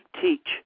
teach